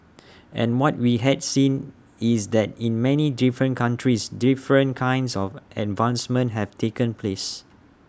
and what we had seen is that in many different countries different kinds of advancements have taken place